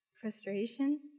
frustration